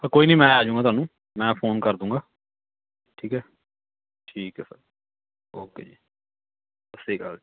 ਹਾਂ ਕੋਈ ਨਹੀਂ ਮੈਂ ਆ ਜੂੰਗਾ ਤੁਹਾਨੂੰ ਮੈਂ ਫੋਨ ਕਰ ਦੂੰਗਾ ਠੀਕ ਹੈ ਠੀਕ ਹੈ ਫਿਰ ਓਕੇ ਜੀ ਸਤਿ ਸ਼੍ਰੀ ਅਕਾਲ